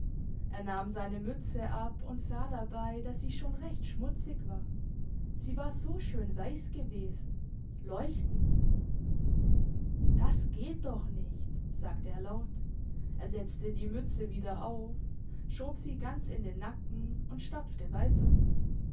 er nahm seine mütze ab und sah dabei dass sie schon recht schmutzig war sie war so schön weiss gewesen leuchtend das geht doch nicht sagte er laut er setzte die mütze wieder auf schob sie ganz in den nacken und stapfte weiter